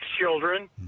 children